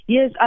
Yes